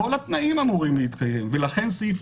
לכן לי יש סמכות על כל היהודים בעולם,